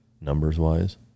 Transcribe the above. numbers-wise